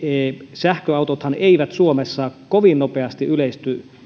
sähköautothan eivät suomessa kovin nopeasti yleisty